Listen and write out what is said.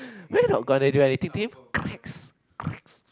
we're not gonna do anything to him